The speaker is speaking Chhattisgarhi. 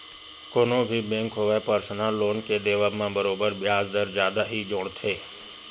कोनो भी बेंक होवय परसनल लोन के देवब म बरोबर बियाज दर जादा ही जोड़थे